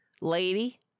lady